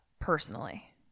personally